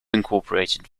incorporated